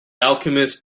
alchemist